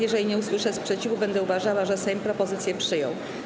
Jeżeli nie usłyszę sprzeciwu, będę uważała, że Sejm propozycję przyjął.